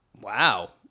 Wow